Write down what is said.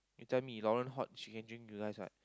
you tell me Lauren hot she can drink you guys right